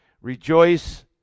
Rejoice